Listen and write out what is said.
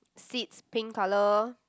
seats pink colour